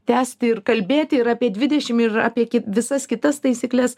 tęsti ir kalbėti ir apie dvidešimt ir apie visas kitas taisykles